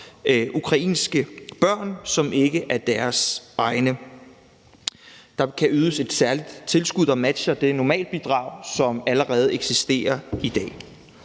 ukrainske børn, som ikke er deres egne. Der kan ydes et særligt tilskud, der matcher det normalbidrag, som allerede eksisterer i dag.